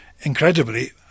incredibly